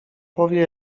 powie